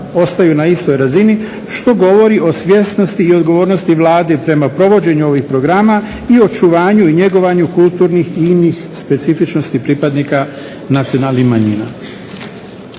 ostaju na istoj razini što govori o svjesnosti i odgovornosti Vlade prema provođenju ovih programa i očuvanju i njegovanju kulturnih i inih specifičnosti pripadnika nacionalnih manjina.